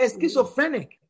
schizophrenic